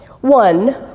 One